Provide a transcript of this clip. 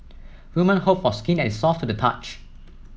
women hope for skin that is soft to the touch